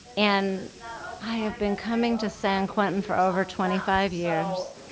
and i have been coming to san quentin for over twenty five years.